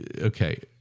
Okay